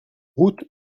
route